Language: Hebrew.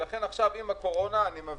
לכן עכשיו עם הקורונה, אני מבין,